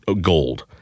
gold